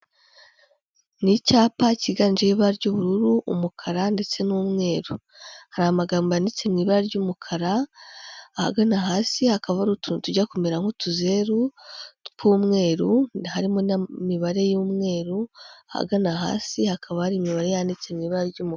Ni icyapa cyiganjemo ibara ry'ubururu, umukara, ndetse n'umweru, hari amagambo yanditse mu ibara ry'umukara, ahagana hasi hakaba hari utuntu tujya kumera nk'utuzeru, tw'umweru, harimo n'imibare y'umweru, ahagana hasi hakaba hari imibare yanditse mu ibara ry'umukara.